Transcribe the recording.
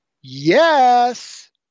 Yes